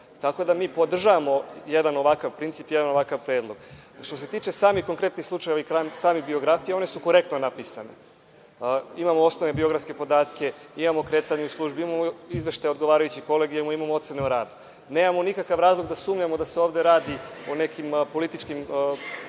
Tako da mi podržavamo ovakav jedan princip, jedan ovakav predlog. Što se tiče samih konkretnih slučajeva i biografija, one su korektno napisane. Imamo osnovne biografske podatke. Imamo kretanje u službi. Imao izveštaje odgovarajućih kolegijuma. Imamo ocene o radu. Nemamo nikakv razlog da sumnjamo da se ovde radi o nekim političkim